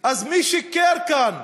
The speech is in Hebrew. אז מי שיקר כאן?